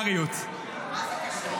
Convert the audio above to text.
מנהלת הסיעה של המחנה הממלכתי.